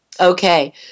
Okay